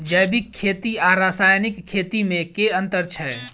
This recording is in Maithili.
जैविक खेती आ रासायनिक खेती मे केँ अंतर छै?